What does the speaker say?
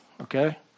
Okay